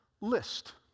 list